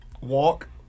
Walk